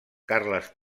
carles